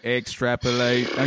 extrapolate